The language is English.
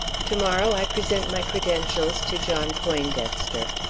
to-morrow i present my credentials to john poindexter.